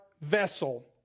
vessel